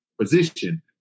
Position